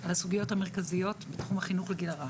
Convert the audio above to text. על הסוגיות המרכזיות בתחום החינוך לגיל הרך.